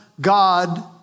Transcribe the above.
God